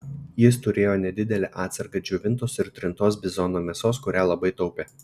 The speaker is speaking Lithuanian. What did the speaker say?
jis turėjo nedidelę atsargą džiovintos ir trintos bizono mėsos kurią labai taupė